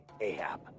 Ahab